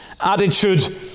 attitude